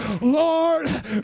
Lord